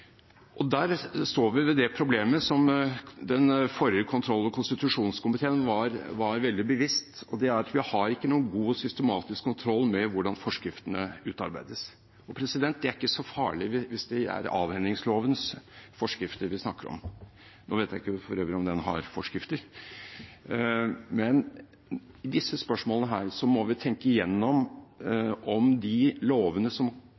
overvåkingsmetoder. Der står vi ved det problemet som den forrige kontroll- og konstitusjonskomiteen var seg veldig bevisst, og det er at vi har ikke noen god og systematisk kontroll med hvordan forskriftene utarbeides. Det er ikke så farlig hvis det er avhendingslovens forskrifter vi snakker om – nå vet jeg for øvrig ikke om den har forskrifter – men i disse spørsmålene må vi tenke igjennom om vi ikke ved de lovene som